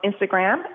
Instagram